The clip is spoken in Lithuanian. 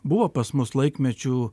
buvo pas mus laikmečių